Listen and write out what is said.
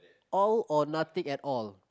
all or nothing at all